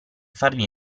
farvi